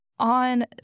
on